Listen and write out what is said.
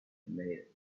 tomatoes